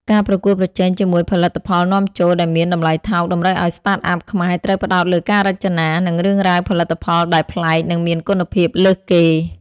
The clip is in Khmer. ការប្រកួតប្រជែងជាមួយផលិតផលនាំចូលដែលមានតម្លៃថោក តម្រូវឱ្យ Startup ខ្មែរត្រូវផ្ដោតលើការរចនា និងរឿងរ៉ាវផលិតផលដែលប្លែក និងមានគុណភាពលើសគេ។